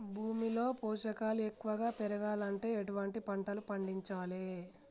భూమిలో పోషకాలు ఎక్కువగా పెరగాలంటే ఎటువంటి పంటలు పండించాలే?